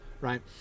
right